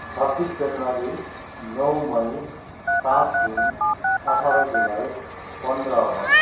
छब्बिस जनवरी नौ मई पाँच जुन अठार जुलाई पन्द्र अगस्त